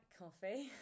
coffee